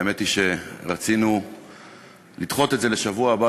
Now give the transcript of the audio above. האמת היא שרצינו לדחות את זה לשבוע הבא,